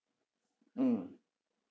mm